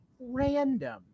random